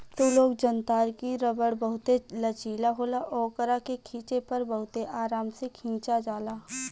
तू लोग जनतार की रबड़ बहुते लचीला होला ओकरा के खिचे पर बहुते आराम से खींचा जाला